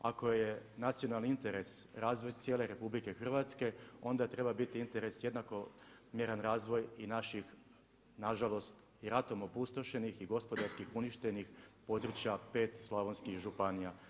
Ako je nacionalni interes razvoj cijele RH onda treba biti interes jednakomjeran razvoj i naših nažalost i ratom opustošenih i gospodarskih uništenih područja 5 slavonskih županija.